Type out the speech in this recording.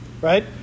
right